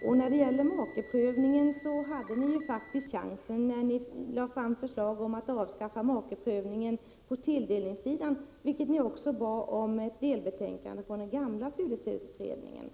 När det gäller makeprövningen hade ni faktiskt chansen när ni lade fram förslag om att avskaffa makeprövningen på tilldelningssidan. Ni bad också om ett delbetänkande från den gamla studiestödsutredningen.